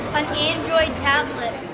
android tablet.